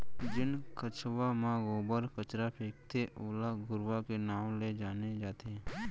जेन खंचवा म गोबर कचरा फेकथे ओला घुरूवा के नांव ले जाने जाथे